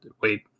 Wait